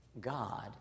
God